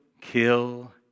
Kill